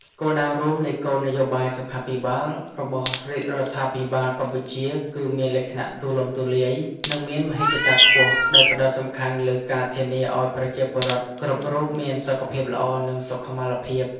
គោលដៅរួមនៃគោលនយោបាយសុខាភិបាលរបស់រាជរដ្ឋាភិបាលកម្ពុជា គឺមានលក្ខណៈទូលំទូលាយ និងមានមហិច្ឆតាខ្ពស់ ដោយផ្តោតសំខាន់លើការធានាឱ្យប្រជាពលរដ្ឋគ្រប់រូបមានសុខភាពល្អ និងសុខុមាលភាព។